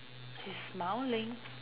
he's smiling